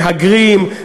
מהגרים,